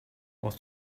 was